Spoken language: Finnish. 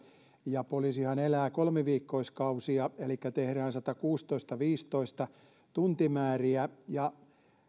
ja poliisihan elää kolmiviikkoiskausia elikkä tehdään satakuusitoista tuntia viisitoista minuuttia tuntimääriä